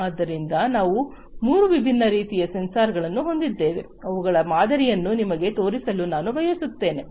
ಆದ್ದರಿಂದ ನಾವು ಮೂರು ವಿಭಿನ್ನ ರೀತಿಯ ಸೆನ್ಸಾರ್ಗಳನ್ನು ಹೊಂದಿದ್ದೇವೆ ಇವುಗಳ ಮಾದರಿಗಳನ್ನು ನಿಮಗೆ ತೋರಿಸಲು ನಾನು ಬಯಸುತ್ತೇನೆ